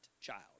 child